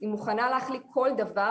היא מוכנה להחליק כל דבר,